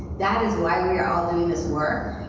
that is why we are all doing this work,